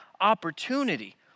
opportunity